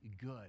good